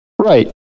Right